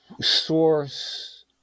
source